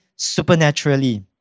supernaturally